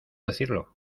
decirlo